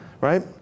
Right